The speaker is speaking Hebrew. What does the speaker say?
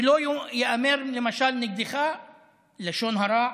למשל שלא ייאמר נגדך לשון הרע,